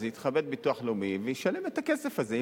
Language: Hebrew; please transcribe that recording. יתכבד הביטוח הלאומי וישלם את הכסף הזה,